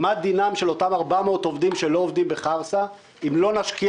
מה דינם של אותם 400 עובדים שלא עובדים בחרסה אם לא נשקיע